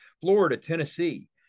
Florida-Tennessee